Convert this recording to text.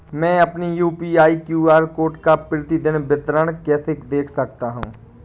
मैं अपनी UPI QR code का प्रतीदीन विवरण कैसे देख सकता हूँ?